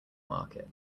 market